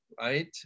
Right